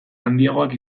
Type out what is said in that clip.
handiagoak